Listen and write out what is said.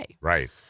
Right